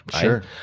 sure